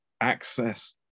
access